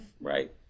Right